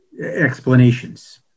Explanations